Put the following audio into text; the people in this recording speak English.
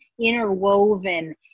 interwoven